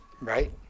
Right